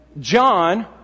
John